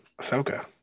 Ahsoka